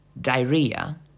diarrhea